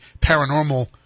paranormal